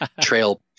trail